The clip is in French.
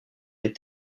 les